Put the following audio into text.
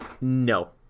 No